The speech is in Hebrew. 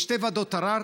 יש שתי ועדות ערר.